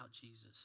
Jesus